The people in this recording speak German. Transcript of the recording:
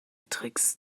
tricks